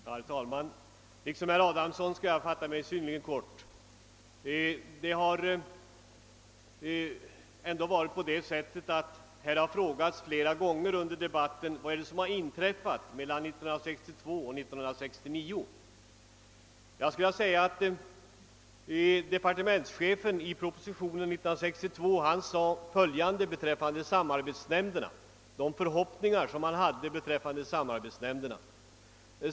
Herr talman! Liksom herr Adamsson skall jag fatta mig synnerligen kort. Under debatten har flera gånger frågats vad som inträffat mellan 1962 och 1969. Jag skulle vilja referera vad departementschefen i propositionen år 1962 sade om de förhoppningar man hade beträffande samarbetsnämnderna.